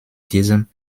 diesem